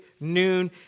noon